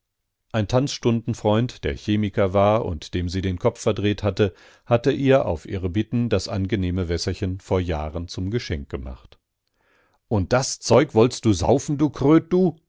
ein tanzstundenfreund der chemiker war und dem sie den kopf verdreht hatte hatte ihr auf ihre bitten das angenehme wässerchen vor jahren zum geschenk gemacht und das zeug wollst du saufen du